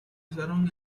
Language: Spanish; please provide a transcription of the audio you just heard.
usaron